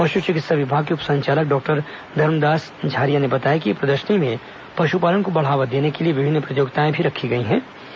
पश् चिकित्सा विभाग के उप संचालक डॉक्टर धरमदास झारिया ने बताया कि प्रदर्शनी में पशुपालन को बढ़ावा देने के लिए विभिन्न प्रतियोगिताएं रखी जाएंगी